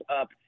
up